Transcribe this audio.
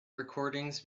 recordings